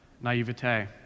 naivete